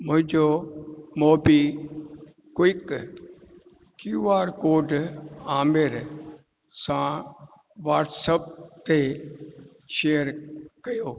मुंहिंजो MobiKwik Q R code Aamir सां WhatsApp ते शेयर कयो